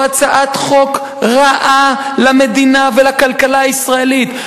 הצעת חוק רעה למדינה ולכלכלה הישראלית.